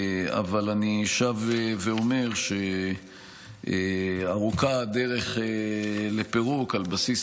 אבל אני שב ואומר שארוכה הדרך לפירוק על בסיס